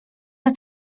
and